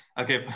Okay